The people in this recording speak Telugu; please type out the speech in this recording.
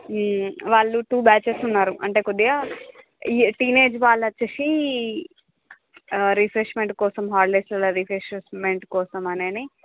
వాళ్ళు టూ బ్యాచెస్ ఉన్నారు అంటే కొద్దిగా ఈ టీనేజ్ వాళ్ళు వచ్చేసి రిఫ్రెష్మెంట్ కోసం హాలిడేస్ అలా రిఫ్రెష్మెంట్ కోసం అనని